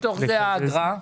כמה מתוך זה מהווה האגרה?